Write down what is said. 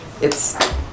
It's-